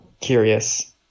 Curious